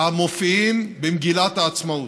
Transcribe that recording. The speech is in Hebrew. המופיעים במגילת העצמאות: